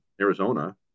Arizona